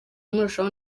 murushaho